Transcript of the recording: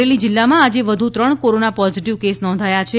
અમરેલી જિલ્લામાં આજે વધુ ત્રણ કોરોના પોઝીટીવ કેસ નોંધાયા છે